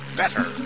better